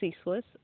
ceaseless